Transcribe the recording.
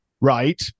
right